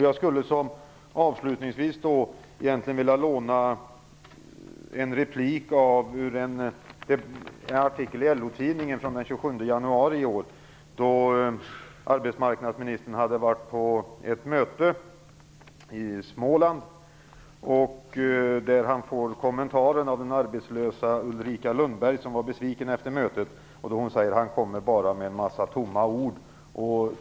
Jag vill avslutningsvis låna en replik ur en artikel i LO-tidningen den 27 januari i år. Arbetsmarknadsministern hade deltagit i ett möte i Småland, där han av den arbetslösa Ulrika Lundberg, som var besviken efter mötet, fick kommentaren: Han kommer bara med en massa tomma ord.